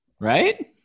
right